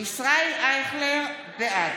בעד